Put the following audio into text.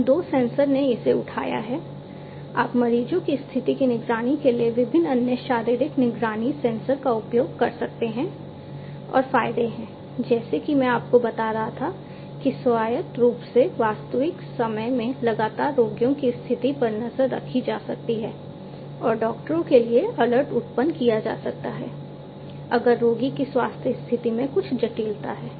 इन दो सेंसर ने इसे उठाया है आप मरीजों की स्थिति की निगरानी के लिए विभिन्न अन्य शारीरिक निगरानी सेंसर का उपयोग कर सकते हैं और फायदे हैं जैसा कि मैं आपको बता रहा था कि स्वायत्त रूप से वास्तविक समय में लगातार रोगियों की स्थिति पर नजर रखी जा सकती है और डॉक्टरों के लिए अलर्ट उत्पन्न किया जा सकता है अगर रोगी की स्वास्थ्य स्थिति में कुछ जटिलता है